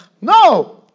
No